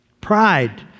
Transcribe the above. Pride